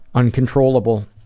uncontrollable,